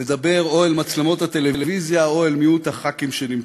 לדבר או אל מצלמות הטלוויזיה או אל מיעוט הח"כים שנמצאים.